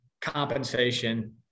compensation